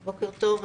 בוקר טוב.